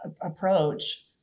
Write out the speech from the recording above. approach